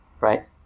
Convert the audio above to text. Right